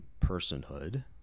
personhood